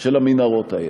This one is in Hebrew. של המנהרות האלה,